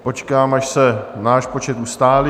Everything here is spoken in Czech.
Počkám, až se náš počet ustálí.